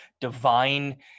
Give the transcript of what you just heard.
divine